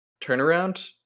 turnaround